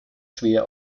schwer